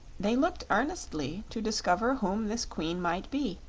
they looked earnestly to discover whom this queen might be,